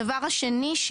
דבר שני,